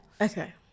okay